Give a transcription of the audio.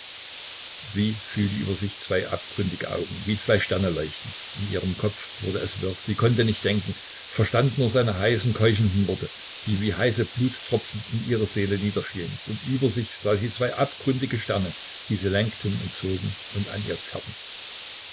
sie fühlte über sich zwei abgründige augen wie zwei sterne leuchten in ihrem kopf wurde es wirr sie konnte nicht denken verstand nur seine heißen keuchenden worte die wie heiße bluttropfen in ihre seele niederfielen und über sich sah sie zwei abgründige sterne die sie lenkten und zogen und an ihr zerrten